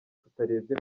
tutarebye